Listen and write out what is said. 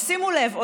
ששימו לב,